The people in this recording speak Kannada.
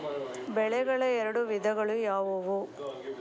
ಬೆಳೆಗಳ ಎರಡು ವಿಧಗಳು ಯಾವುವು?